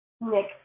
Nick